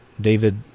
David